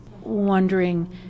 wondering